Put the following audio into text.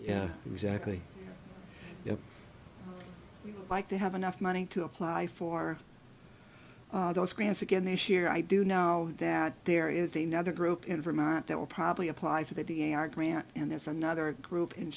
yeah exactly you know like they have enough money to apply for those grants again this year i do know that there is a nother group in vermont that will probably apply for the a r grant and there's another group